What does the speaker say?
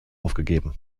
aufgegeben